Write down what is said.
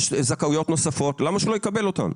יש זכאויות נוספות למה שהוא לא יקבל אותן?